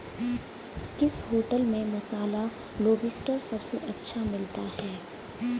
किस होटल में मसाला लोबस्टर सबसे अच्छा मिलता है?